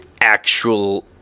actual